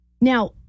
Now